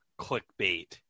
clickbait